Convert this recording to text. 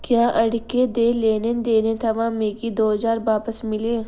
क्या अड़के दे लेने देने थमां मिगी दो ज्हार बापस मिले